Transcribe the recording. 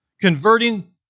converting